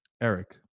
Eric